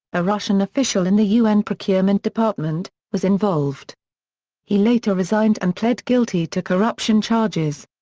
a russian official in the un procurement department, was involved he later resigned and pled guilty to corruption charges.